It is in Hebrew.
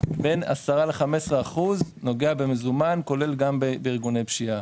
בין 10% ל-15% נוגע במזומן כולל גם בארגוני פשיעה.